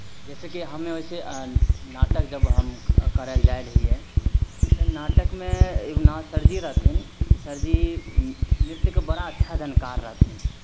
जइसे कि हमे वइसे नाटक जब हम करय लए जाइ रहियै तऽ नाटकमे एगो ना सरजी रहथिन सरजी नृत्यके बड़ा अच्छा जानकार रहथिन